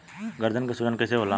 गर्दन के सूजन कईसे होला?